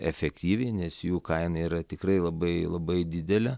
efektyviai nes jų kaina yra tikrai labai labai didelė